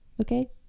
okay